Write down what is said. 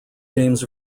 james